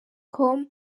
com